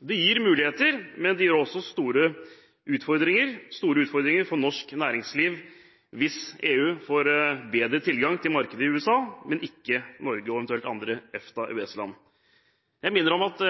Det gir muligheter, men det gir også store utfordringer for norsk næringsliv hvis EU får bedre tilgang til markedet i USA, men ikke Norge og eventuelt andre EFTA-/EØS-land. Jeg minner om at